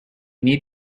need